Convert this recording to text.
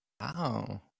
Wow